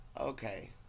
Okay